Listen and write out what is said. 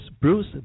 Bruce